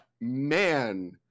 man